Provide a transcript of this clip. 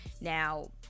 now